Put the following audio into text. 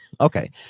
okay